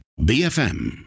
BFM